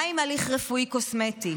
מה עם הליך רפואי קוסמטי?